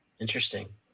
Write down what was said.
interesting